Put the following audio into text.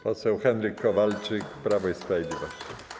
Poseł Henryk Kowalczyk, Prawo i Sprawiedliwość.